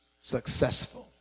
successful